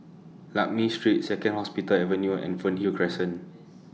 Lakme Street Second Hospital Avenue and Fernhill Crescent